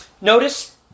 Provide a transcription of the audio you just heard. Notice